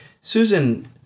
Susan